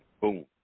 Boom